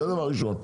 זה דבר ראשון,